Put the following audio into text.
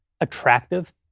attractive